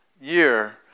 year